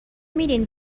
میدین